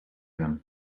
them